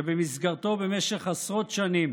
שבמסגרתו במשך עשרות שנים